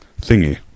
thingy